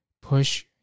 Push